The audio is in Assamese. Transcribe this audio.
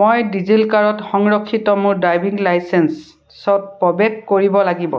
মই ডিজি লকাৰত সংৰক্ষিত মোৰ ড্ৰাইভিং লাইচেন্সত প্ৰৱেশ কৰিব লাগিব